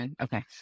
Okay